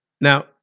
Now